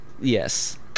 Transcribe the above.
yes